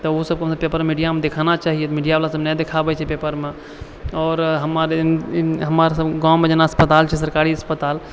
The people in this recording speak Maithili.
तऽ ओ सब कोनो पेपर मीडियामे देखाना चाहिए मीडियावला सब नहि देखाबए छै पेपरमे आओर हमर हमर सबकेँ गाँवमे जेना हस्पताल छै सरकारी हस्पताल